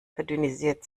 verdünnisiert